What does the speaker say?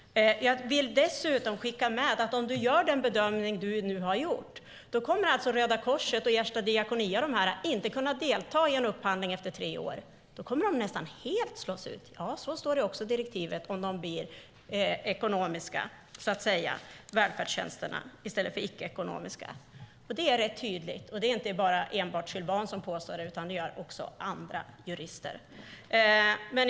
Dessutom vill jag skicka med att om statsrådet gör den bedömning han nu har gjort kommer Röda Korset, Ersta diakoni och liknande att inte kunna delta i en upphandling efter tre år. Då kommer de att slås ut nästan helt. Ja, så står det i direktivet, om välfärdstjänsterna blir så att säga ekonomiska i stället för icke-ekonomiska. Det är rätt tydligt, och det är inte enbart Sylwan som påstår det, utan det gör också andra jurister.